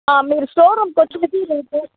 మీరు షోరూముకి వచ్చి